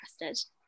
interested